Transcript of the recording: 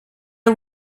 are